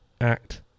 Act